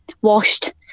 washed